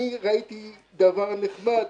ראיתי דבר נחמד